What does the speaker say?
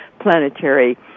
planetary